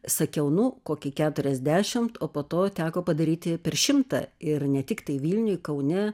sakiau nu kokį keturiasdešimt o po to teko padaryti per šimtą ir ne tiktai vilniuj kaune